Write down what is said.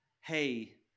hey